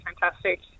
fantastic